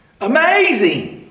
Amazing